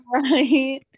Right